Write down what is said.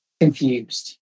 Confused